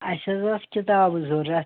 اسہِ حظ آسہٕ کِتابہٕ ضروٗرت